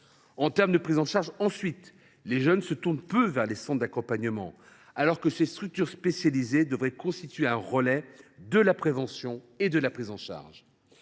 pour la prise en charge, les jeunes se tournent peu vers les centres d’accompagnement, alors que ces structures spécialisées devraient constituer un relais de la prévention et de l’accompagnement.